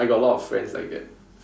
I got a lot of friends like that